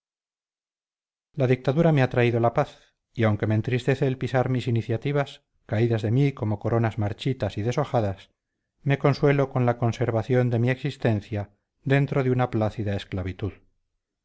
la dictadura me ha traído la paz y aunque me entristece el pisar mis iniciativas caídas de mí como coronas marchitas y deshojadas me consuelo con la conservación de mi existencia dentro de una plácida esclavitud